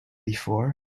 before